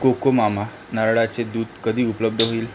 Cocomama नारळाचे दूध कधी उपलब्ध होईल